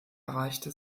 erreichte